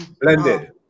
blended